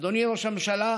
אדוני ראש הממשלה,